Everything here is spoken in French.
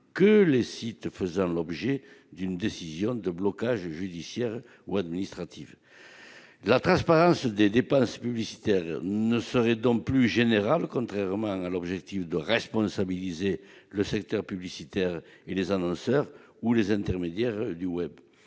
que les sites faisant l'objet d'une décision de blocage judiciaire ou administratif. La transparence des dépenses publicitaires ne serait donc plus générale, contrairement à l'objectif de responsabilisation du secteur publicitaire, des annonceurs ou des intermédiaires du web.